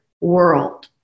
world